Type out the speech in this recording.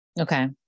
Okay